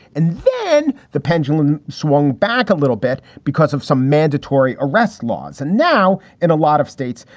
and then the pendulum swung back a little bit because of some mandatory arrest laws. and now in a lot of states,